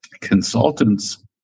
consultants